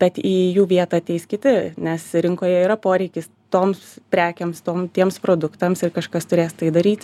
bet į jų vietą ateis kiti nes rinkoje yra poreikis toms prekėms tom tiems produktams ir kažkas turės tai daryti